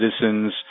citizens